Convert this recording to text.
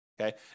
okay